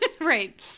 right